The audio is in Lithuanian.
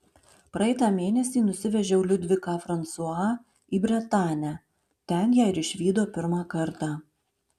praeitą mėnesį nusivežiau liudviką fransua į bretanę ten ją ir išvydo pirmą kartą